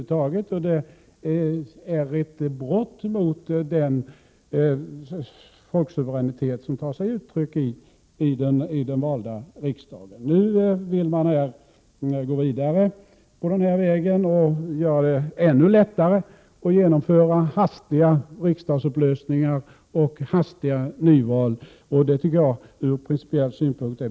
Det är ett brott mot den folksuveränitet som tar sig uttryck i den valda riksdagen. Nu vill man gå vidare på den vägen och göra det ännu lättare att genomföra hastiga riksdagsupplösningar och hastiga nyval. Det är betänkligt ur principiell synpunkt.